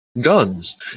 guns